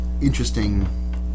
interesting